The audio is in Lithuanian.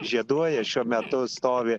žieduoja šiuo metu stovi